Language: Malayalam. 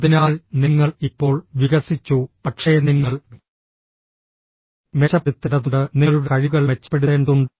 അതിനാൽ നിങ്ങൾ ഇപ്പോൾ വികസിച്ചു പക്ഷേ നിങ്ങൾ മെച്ചപ്പെടുത്തേണ്ടതുണ്ട് നിങ്ങളുടെ കഴിവുകൾ മെച്ചപ്പെടുത്തേണ്ടതുണ്ട്